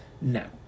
No